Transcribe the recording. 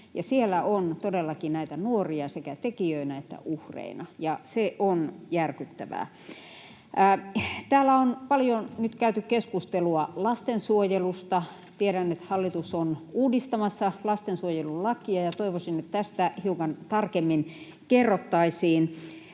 Siellä on todellakin näitä nuoria sekä tekijöinä että uhreina, ja se on järkyttävää. Täällä on paljon nyt käyty keskustelua lastensuojelusta. Tiedän, että hallitus on uudistamassa lastensuojelulakia, ja toivoisin, että tästä hiukan tarkemmin kerrottaisiin.